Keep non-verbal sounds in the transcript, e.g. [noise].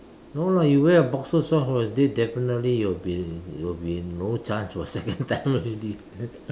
no lah you wear a boxer short for a date definitely it will be will be no chance for second time already [laughs]